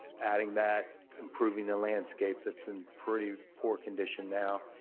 adding that, improving the landscape that's in pretty poor condition now.